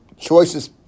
choices